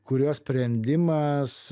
kurio sprendimas